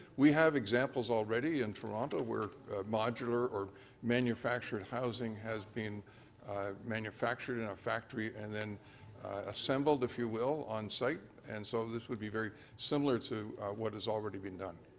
we have examples already in toronto where modular or manufactured housing has been manufactured in a factory and then assembled if you will on site. and so this would be very similar to what has already been done.